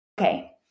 okay